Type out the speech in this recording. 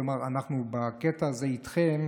כלומר, אנחנו בקטע הזה איתכם,